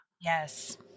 Yes